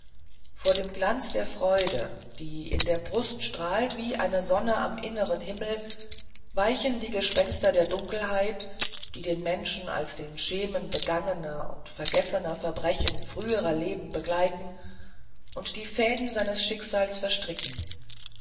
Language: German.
vor dem glanz der freude die in der brust strahlt wie eine sonne am inneren himmel weichen die gespenster der dunkelheit die den menschen als die schemen begangener und vergessener verbrechen früherer leben begleiten und die fäden seines schicksals verstricken